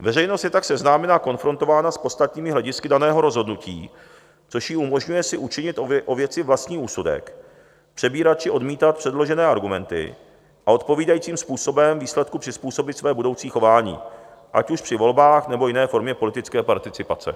Veřejnost je tak seznámena a konfrontována s podstatnými hledisky daného rozhodnutí, což jí umožňuje si učinit o věci vlastní úsudek, přebírat či odmítat předložené argumenty a odpovídajícím způsobem výsledku přizpůsobit své budoucí chování ať už při volbách, nebo jiné formě politické participace.